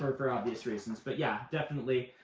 for for obvious reasons. but yeah, definitely.